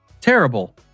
Terrible